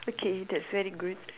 okay that's very good